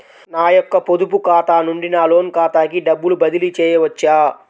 నా యొక్క పొదుపు ఖాతా నుండి నా లోన్ ఖాతాకి డబ్బులు బదిలీ చేయవచ్చా?